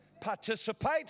Participate